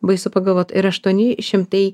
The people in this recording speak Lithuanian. baisu pagalvot ir aštuoni šimtai